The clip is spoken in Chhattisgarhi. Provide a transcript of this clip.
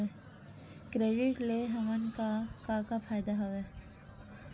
क्रेडिट ले हमन का का फ़ायदा हवय?